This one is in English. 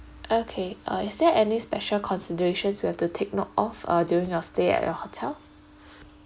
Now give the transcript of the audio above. okay uh is there any special considerations we have to take note of uh during your stay at your hotel